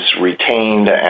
retained